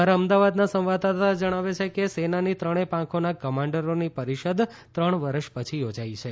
અમારા અમદાવાદના સંવાદદાતા જણાવે છે કે સેનાની ત્રણેય પાંખોના કમાન્ડરોની પરીષદ ત્રણ વર્ષ પછી યોજાઇ છે